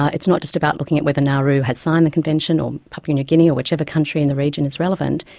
it's not just about looking at whether nauru had signed the convention or papua new guinea, or whichever country in the region is relevant,